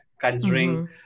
considering